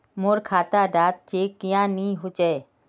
मोर खाता डा चेक क्यानी होचए?